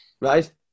Right